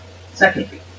Secondly